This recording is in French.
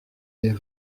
les